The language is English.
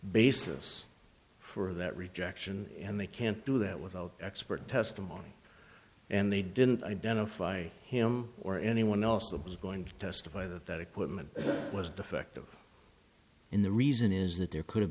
basis for that rejection and they can't do that without expert testimony and they didn't identify him or anyone else that was going to testify that that equipment was defective in the reason is that there could have